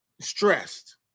stressed